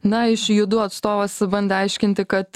na iš judu atstovas bandė aiškinti kad